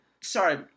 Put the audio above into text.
Sorry